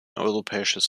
europäisches